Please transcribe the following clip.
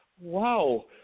wow